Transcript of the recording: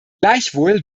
gleichwohl